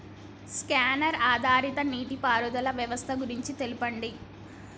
Censor ఆధారిత నీటిపారుదల వ్యవస్థ గురించి తెల్పండి?